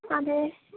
അതേ